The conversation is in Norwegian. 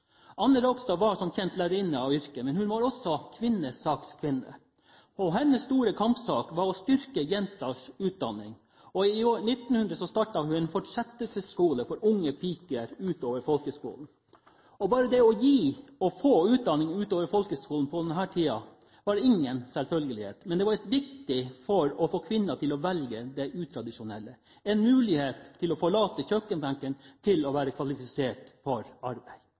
Anna Rogstad kjempet også for en annen viktig sak, som absolutt har relevans til det vi diskuterer her i dag. Anna Rogstad var som kjent lærerinne av yrke, men hun var også kvinnesakskvinne, og hennes store kampsak var å styrke jenters utdanning. I år 1900 startet hun «Fortsettelsesskolen for unge piger». Bare det å gi og få utdanning utover folkeskolen var ingen selvfølgelighet på denne tiden, men det var viktig for å få kvinner til å velge det utradisjonelle, en mulighet til å forlate kjøkkenbenken, til å være kvalifisert for arbeid.